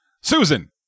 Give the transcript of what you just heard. Susan